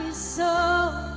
so